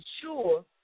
sure